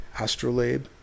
astrolabe